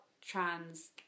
trans